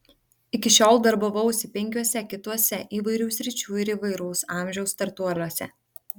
iki šiol darbavausi penkiuose kituose įvairių sričių ir įvairaus amžiaus startuoliuose